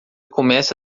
começa